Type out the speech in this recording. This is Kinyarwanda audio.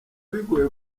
bigoye